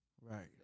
Right